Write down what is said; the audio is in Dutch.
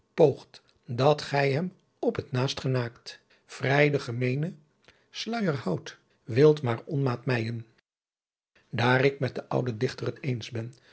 dat ghy hem op t naast genaakt vrij de ghemeene sluer houd wilt maar onmaat mijen daar ik met den ouden dichter het eens ben